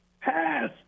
pass